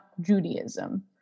Judaism